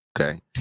okay